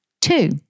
Two